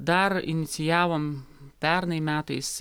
dar inicijavom pernai metais